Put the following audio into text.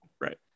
Right